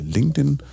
LinkedIn